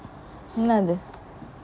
என்னது:ennathu